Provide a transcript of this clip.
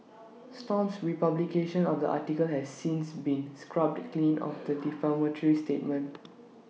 stomp's republication of the article has since been scrubbed clean of the defamatory statement